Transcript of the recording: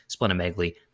splenomegaly